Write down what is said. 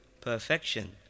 perfection